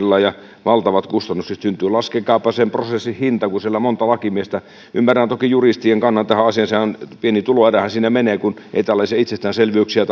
aikaa pahimmillaan ja valtavat kustannukset syntyy laskekaapa sen prosessin hinta kun siellä on monta lakimiestä ymmärrän toki juristien kannan tähän asiaan pieni tuloerähän siinä menee kun ei tällaisia itsestäänselvyyksiä